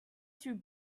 through